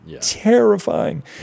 terrifying